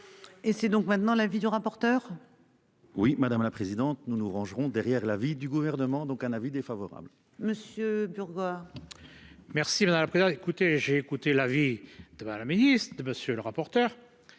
Et c'est donc maintenant l'avis du rapporteur. Oui madame la présidente, nous nous rangeront derrière l'avis du gouvernement, donc un avis défavorable. Monsieur Burgot. Merci à la. Écoutez, j'ai écouté l'avis de la ministre de monsieur le rapporteur.